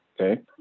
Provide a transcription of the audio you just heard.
Okay